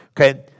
Okay